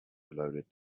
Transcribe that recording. loaded